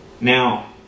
Now